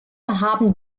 haben